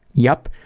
yep,